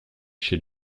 chez